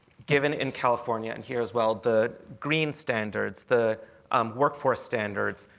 given in california. and here as well the green standards, the workforce standards,